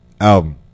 album